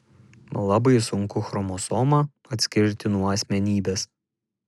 labai sunku chromosomą atskirti nuo asmenybės